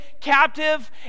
captive